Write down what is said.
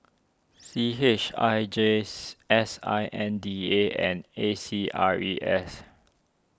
C H I J S I N D A and A C R E S